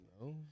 No